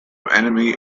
enemy